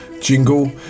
jingle